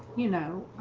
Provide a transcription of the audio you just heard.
you know